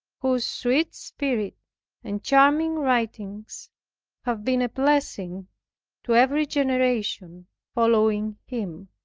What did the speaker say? whose sweet spirit and charming writings have been a blessing to every generation following him.